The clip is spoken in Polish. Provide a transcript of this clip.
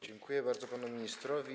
Dziękuję bardzo panu ministrowi.